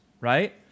right